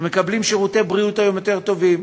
מקבלים היום שירותי בריאות יותר טובים,